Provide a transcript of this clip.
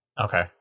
Okay